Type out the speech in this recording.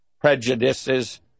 prejudices